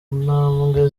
ntambwe